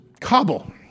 Kabul